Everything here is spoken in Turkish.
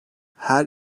her